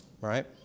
right